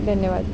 धन्यवाद